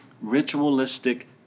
ritualistic